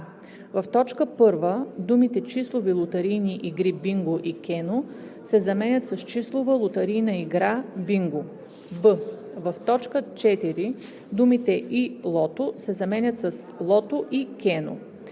в т. 1 думите „числови лотарийни игри бинго и кено“ се заменят с „числова лотарийна игра бинго“; б) в т. 4 думите „и лото“ се заменят с „лото и кено“.